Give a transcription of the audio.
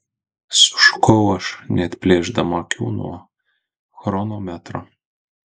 sušukau aš neatplėšdama akių nuo chronometro